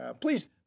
Please